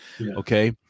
Okay